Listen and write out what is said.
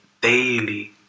daily